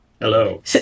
Hello